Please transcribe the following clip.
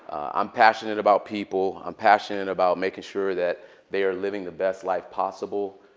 i'm passionate about people. i'm passionate about making sure that they are living the best life possible.